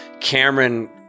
Cameron